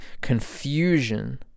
confusion